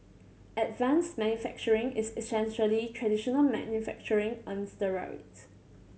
advanced manufacturing is essentially traditional manufacturing on steroids